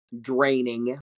draining